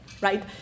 right